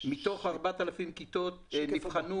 מתוך ה-4,000 כיתות, נבחנו